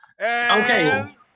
okay